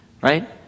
Right